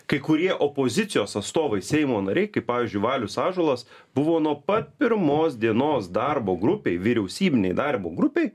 kai kurie opozicijos atstovai seimo nariai kaip pavyzdžiui valius ąžuolas buvo nuo pat pirmos dienos darbo grupei vyriausybinei darbo grupei